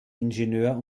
ingenieur